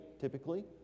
typically